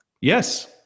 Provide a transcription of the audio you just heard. Yes